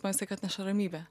man visąlaik atneša ramybę